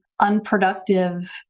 unproductive